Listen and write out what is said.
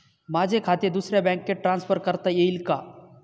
माझे खाते दुसऱ्या बँकेत ट्रान्सफर करता येईल का?